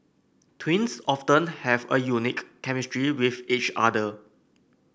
twins often have a unique chemistry with each other